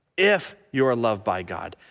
if you're loved by god,